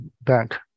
bank